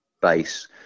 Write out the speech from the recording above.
base